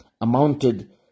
amounted